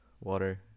water